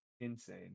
Insane